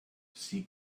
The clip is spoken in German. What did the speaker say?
sie